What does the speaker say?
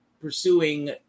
pursuing